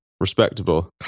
respectable